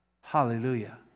Hallelujah